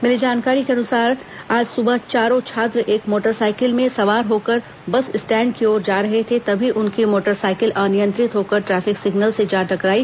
मिली जानकारी के मुताबिक आज सुबह चारों छात्र एक मोटरसाइकिल में सवार होकर बस स्टैंड की ओर जा रहे थे तभी उनकी मोटरसाइकिल अनियंत्रित होकर ट्रैफिक सिग्नल से जा टकराई